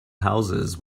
houses